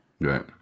Right